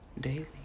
daily